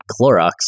Clorox